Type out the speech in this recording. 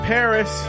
Paris